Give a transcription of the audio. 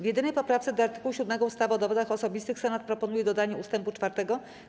W jedynej poprawce do art. 7 ustawy o dowodach osobistych Senat proponuje dodanie ust. 4.